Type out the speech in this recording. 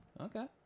Okay